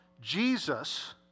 Jesus